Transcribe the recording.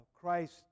Christ